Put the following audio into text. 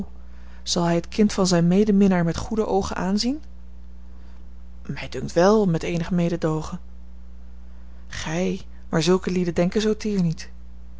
zal hij het kind van zijn medeminnaar met goede oogen aanzien mij dunkt wel met eenig mededoogen gij maar zulke lieden denken zoo teer niet